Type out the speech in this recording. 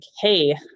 Hey